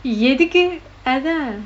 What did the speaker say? எதுக்கு அதான்:ethukku athaan